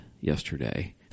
yesterday